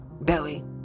Belly